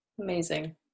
Amazing